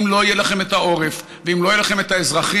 אם לא יהיה לכם את העורף ולא יהיה לכם את האזרחים,